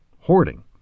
hoarding